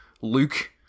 Luke